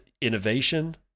innovation